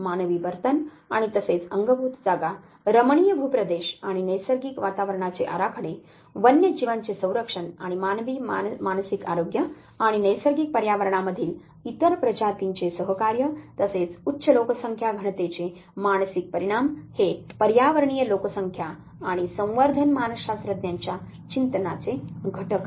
मानवी वर्तन आणि तसेच अंगभूत जागा रमणीय भूप्रदेश आणि नैसर्गिक वातावरणाचे आराखडे वन्यजीवांचे संरक्षण आणि मानवी मानसिक आरोग्य आणि नैसर्गिक पर्यावरणामधील इतर प्रजातींचे सहकार्य तसेच उच्च लोकसंख्या घनतेचे मानसिक परिणाम हे पर्यावरणीय लोकसंख्या आणि संवर्धन मानसशास्त्रज्ञांच्या चिंतनाचे घटक आहेत